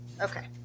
Okay